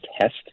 test